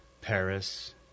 Paris